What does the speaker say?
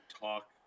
talk